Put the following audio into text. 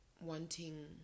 wanting